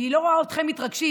אני לא רואה אתכם מתרגשים.